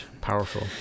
Powerful